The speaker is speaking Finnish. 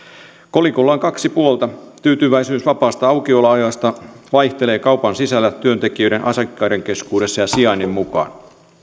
kolikolla on kaksi puolta tyytyväisyys vapaasta aukioloajasta vaihtelee kaupan sisällä työntekijöiden ja asiakkaiden keskuudessa ja sijainnin mukaan